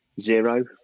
zero